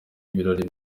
ibirori